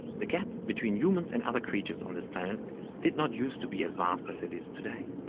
the gap between humans and other creatures on this planet did not used to be as vast as it is today.